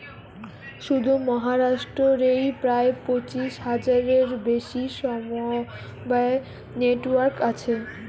শুধু মহারাষ্ট্র রেই প্রায় পঁচিশ হাজারের বেশি সমবায় নেটওয়ার্ক আছে